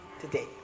today